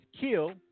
kill